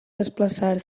desplaçar